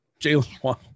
Jalen